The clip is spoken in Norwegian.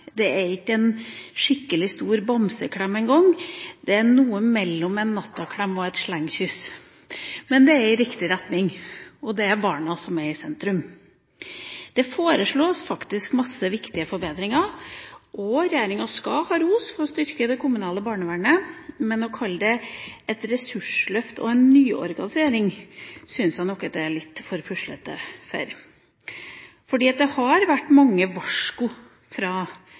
Det er ikke en skikkelig stor bamseklem engang, det er noe mellom en nattaklem og et slengkyss. Men det er i riktig retning, og det er barna som er i sentrum. Det foreslås faktisk masse viktige forbedringer, og regjeringa skal ha ros for å styrke det kommunale barnevernet. Men å kalle det et ressursløft og en nyorganisering syns jeg nok at det er litt for puslete til. Det har vært mange varsko fra